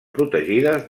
protegides